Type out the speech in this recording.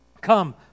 Come